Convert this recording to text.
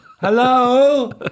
Hello